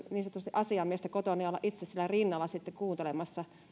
asiamiestä ja olla itse siinä rinnalla kuuntelemassa